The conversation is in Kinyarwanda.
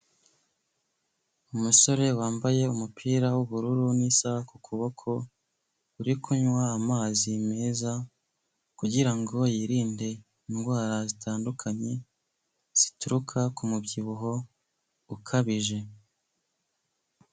Umusore wambaye umupira w'ubururu n'isaha ku kuboko, uri kunywa amazi meza kugirango yirinde indwara zitandukanye zituruka ku mubyibuho ukabije.